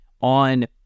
On